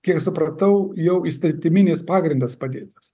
kiek supratau jau įstatyminis pagrindas padėtas